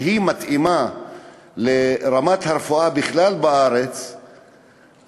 שמתאימה לרמת הרפואה בארץ בכלל,